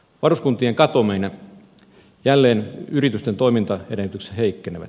varuskuntien katoamisen jälkeen yritysten toimintaedellytykset heikkenevät